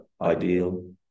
ideal